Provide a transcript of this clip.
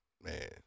Man